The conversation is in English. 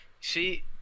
See